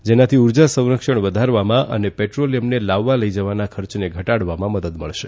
જેનાથી ઉર્જા સંરક્ષણ વધારવામાં અને પેટ્રોલિયમને લાવવા લઇ જવાના ખર્ચને ઘટાડવામાં મદદ મળશે